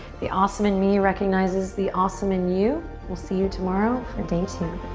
the awesome in me recognizes the awesome in you. we'll see you tomorrow for day two.